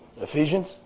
Ephesians